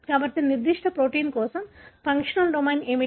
కాబట్టి నిర్దిష్ట ప్రోటీన్ కోసం ఫంక్షనల్ డొమైన్ ఏమిటి